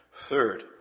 Third